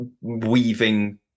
weaving